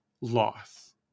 loss